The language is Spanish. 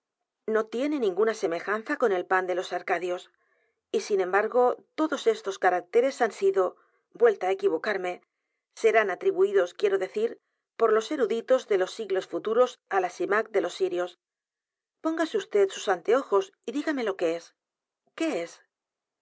no tiene ninguna semejanza con el pan de los arcadios y sin embargo todos estos caracteres han sido vuelta á equivocarme serán atribuidos quiero decir por los eruditos de los siglos futuros al ashimah d é l o s sirios p ó n g a s e vd sus anteojos y dígame lo que es qué es